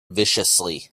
viciously